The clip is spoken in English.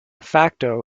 facto